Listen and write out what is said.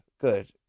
good